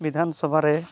ᱵᱤᱫᱷᱟᱱ ᱥᱚᱵᱷᱟᱨᱮ